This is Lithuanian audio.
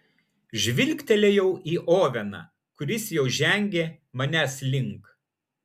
žvilgtelėjau į oveną kuris jau žengė manęs link